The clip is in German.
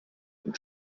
und